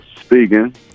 speaking